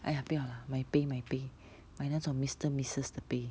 !aiya! 不要啦买杯买杯买那种 mister missus 的杯